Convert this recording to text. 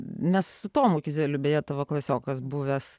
mes su tomu kizeliu beje tavo klasiokas buvęs